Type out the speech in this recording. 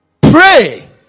Pray